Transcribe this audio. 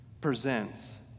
presents